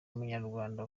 umunyarwanda